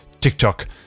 TikTok